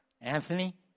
Anthony